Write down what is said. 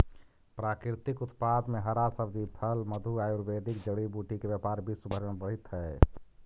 प्राकृतिक उत्पाद में हरा सब्जी, फल, मधु, आयुर्वेदिक जड़ी बूटी के व्यापार विश्व भर में बढ़ित हई